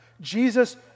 Jesus